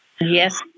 Yes